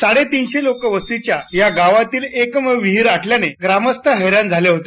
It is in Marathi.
साडेतीनशे लोकवस्तीच्या या गावातली एकमेव विहीत आटल्यानं ग्रामस्थ हैराण झाले होते